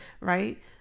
right